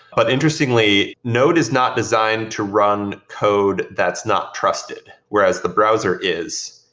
but interestingly, node is not designed to run code that's not trusted, whereas the browser is,